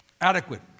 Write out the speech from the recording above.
Adequate